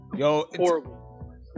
Horrible